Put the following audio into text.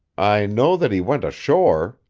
i know that he went ashore,